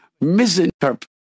misinterpret